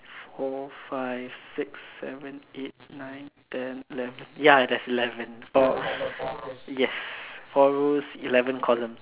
four five six seven eight nine ten eleven ya there's eleven four yes four rows eleven columns